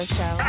Show